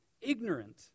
ignorant